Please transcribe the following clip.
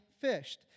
fished